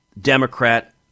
democrat